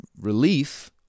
relief